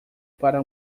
para